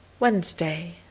wednesday,